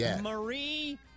Marie